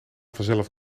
vanzelf